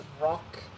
rock